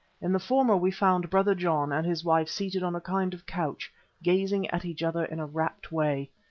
in the former we found brother john and his wife seated on a kind of couch gazing at each other in a rapt way.